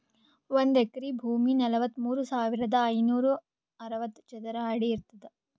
ಒಂದ್ ಎಕರಿ ಭೂಮಿ ನಲವತ್ಮೂರು ಸಾವಿರದ ಐನೂರ ಅರವತ್ತು ಚದರ ಅಡಿ ಇರ್ತದ